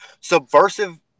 subversive